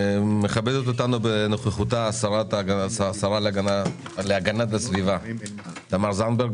מכבדת אותנו בנוכחותה השרה להגנת הסביבה תמר זנדברג.